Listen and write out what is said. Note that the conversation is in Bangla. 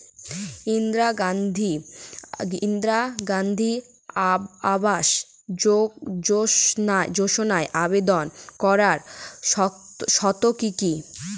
ইন্দিরা গান্ধী আবাস যোজনায় আবেদন করার শর্ত কি কি?